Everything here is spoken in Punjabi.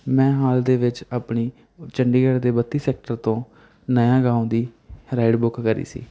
ਮੈਂ ਹਾਲ ਦੇ ਵਿੱਚ ਆਪਣੀ ਚੰਡੀਗੜ੍ਹ ਦੇ ਬੱਤੀ ਸੈਕਟਰ ਤੋਂ ਨਆਂ ਗਾਓਂ ਦੀ ਰਾਈਡ ਬੁੱਕ ਕਰੀ ਸੀ